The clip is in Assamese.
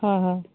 হয় হয়